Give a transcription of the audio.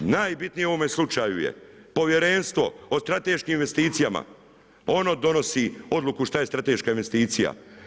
Najbitnije u ovom slučaju je Povjerenstvo o strateškim investicijama, ono donosi odluku šta je strateška investicija.